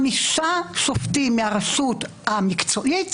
חמישה שופטים מהרשות המקצועית,